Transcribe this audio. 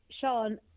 Sean